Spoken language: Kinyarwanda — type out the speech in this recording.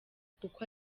kuko